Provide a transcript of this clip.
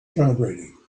calibrating